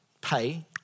pay